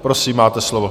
Prosím, máte slovo.